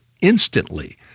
instantly